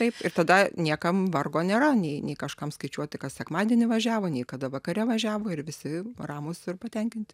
taip ir tada niekam vargo nėra nei nei kažkam skaičiuoti kas sekmadienį važiavo nei kada vakare važiavo ir visi ramūs ir patenkinti